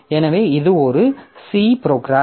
எனவே இது ஒரு C ப்ரோக்ராம்